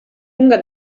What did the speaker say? lunga